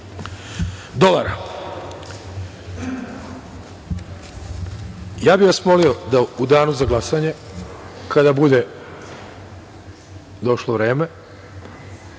dolara. Ja bih vas molio da u danu za glasanje kada bude došlo vreme,